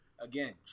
Again